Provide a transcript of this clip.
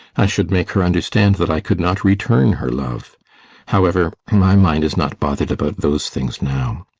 i should make her understand that i could not return her love however, my mind is not bothered about those things now.